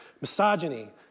misogyny